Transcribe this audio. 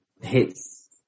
hits